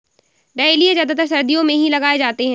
dahlia ज्यादातर सर्दियो मे ही लगाये जाते है